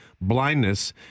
blindness